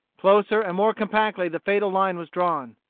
closer and more compactly the fatal line was drawn.